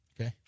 Okay